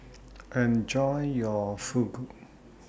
Enjoy your Fugu